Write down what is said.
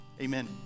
Amen